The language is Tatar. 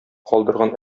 калдырган